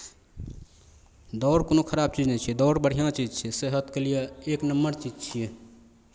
दौड़ कोनो खराब चीज नहि छियै दौड़ बढ़िआँ चीज छियै सेहतके लिए एक नम्बर चीज छियै